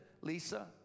Lisa